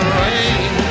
rain